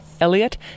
Elliott